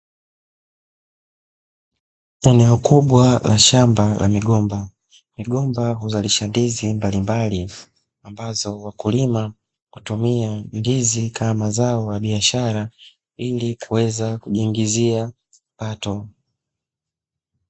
Eneo kubwa la shamba la migomba. Migomba huzalisha ndizi mbalimbali ambazo wakulima hutumia ndizi kama zao la biashara ili kuweza kujiingizia kipato.